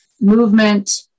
movement